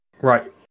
Right